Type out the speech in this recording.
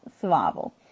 survival